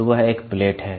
तो वह एक प्लेट है